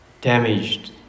damaged